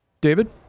David